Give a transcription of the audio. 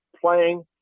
playing